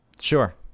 Sure